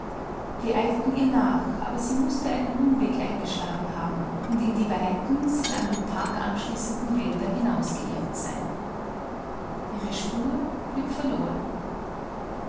wir eilten ihr nach aber sie mußte einen umweg eingeschlagen haben und in die weiten sich an den park anschließenden wälder hinausgeirrt sein ihre spur blieb verloren